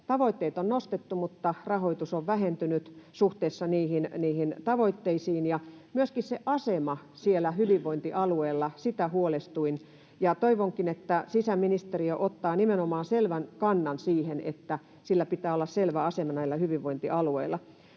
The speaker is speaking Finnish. tavoitteet on nostettu, mutta rahoitus on vähentynyt suhteessa niihin tavoitteisiin. Myöskin sen asemasta siellä hyvinvointialueilla huolestuin. Toivonkin, että sisäministeriö ottaa nimenomaan selvän kannan siihen, että sillä pitää olla selvä asema näillä hyvinvointialueilla.